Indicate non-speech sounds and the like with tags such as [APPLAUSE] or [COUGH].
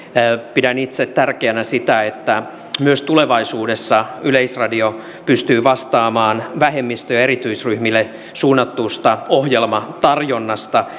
pidän itse tärkeänä sitä että myös tulevaisuudessa yleisradio pystyy vastaamaan vähemmistö ja erityisryhmille suunnatusta ohjelmatarjonnasta [UNINTELLIGIBLE]